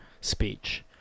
speech